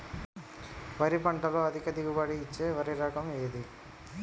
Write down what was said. వరి పంట లో అధిక దిగుబడి ఇచ్చే వరి రకం ఏది?